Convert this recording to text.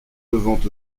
devant